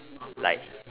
like